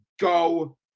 go